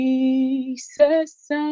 Jesus